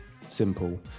simple